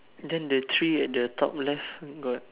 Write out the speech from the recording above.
then the tree at the top left got